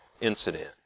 incident